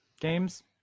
games